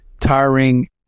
tiring